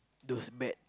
those bad